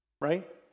Right